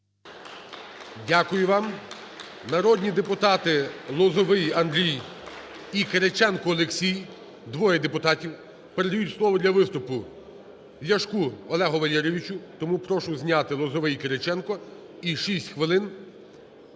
Дякую вам. Народні депутати Лозовой Андрій і Кириченко Олексій, двоє депутатів передають слово для виступу Ляшку Олегу Валерійовичу. Тому прошу зняти Лозовой і Кириченко, і шість хвилин